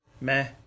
Meh